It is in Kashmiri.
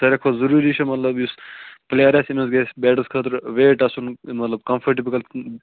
ساروے کھۄتہٕ ضٔروٗری چھِ مَطلَب یُس پٕلیر بیڈَس خٲطرٕ ویٹ آسُن مطلب کمفٲٹیبل